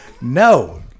No